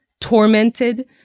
Tormented